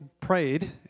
prayed